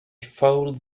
fold